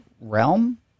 realm